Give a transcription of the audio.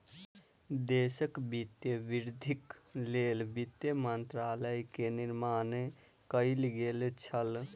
देशक वित्तीय वृद्धिक लेल वित्त मंत्रालय के निर्माण कएल गेल छल